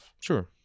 Sure